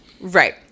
Right